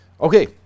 Okay